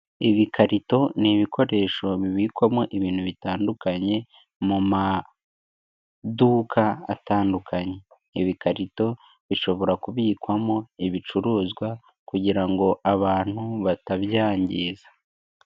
Ibikarito ni ibikoresho bibikwamo ibintu bitandukanye mu maduka atandukanye, ibikarito bishobora kubikwamo ibicuruzwa kugira ngo abantu batabyangiza.